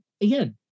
again